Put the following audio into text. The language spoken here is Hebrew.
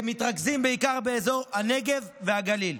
שמתרכזים בעיקר בנגב ובגליל.